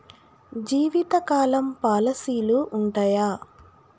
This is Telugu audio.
జీవితకాలం పాలసీలు ఉంటయా?